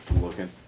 looking